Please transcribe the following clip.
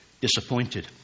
disappointed